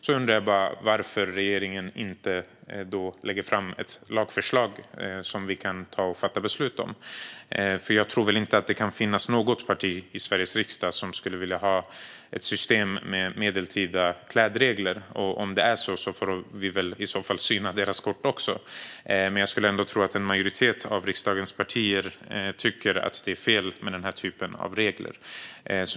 Jag undrar därför varför regeringen inte lägger fram ett lagförslag som vi kan fatta beslut om. Jag tror inte att det kan finnas något parti i Sveriges riksdag som skulle vilja ha ett system med medeltida klädregler. Om det är så får vi väl i så fall syna också deras kort. Men jag skulle ändå tro att en majoritet av riksdagens partier tycker att det är fel med den här typen av regler.